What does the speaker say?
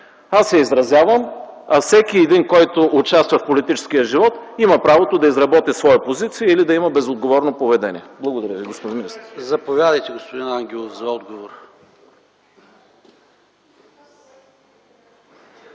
тази позиция, а всеки един, който участва в политическия живот, има правото да изработи своя позиция или да има безотговорно поведение. Благодаря ви.